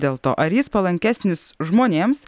dėlto ar jis palankesnis žmonėms